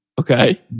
Okay